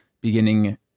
beginning